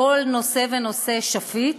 כל נושא ונושא שפיט.